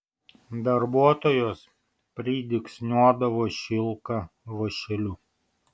darbuotojos pridygsniuodavo šilką vąšeliu